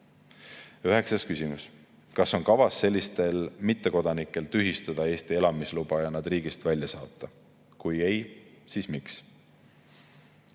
Üheksas küsimus: "Kas on kavas sellistel mittekodanikel tühistada Eesti elamisluba ja nad riigist välja saata? Kui ei, siis miks?"